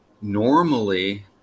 Normally